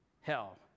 hell